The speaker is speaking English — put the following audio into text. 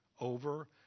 over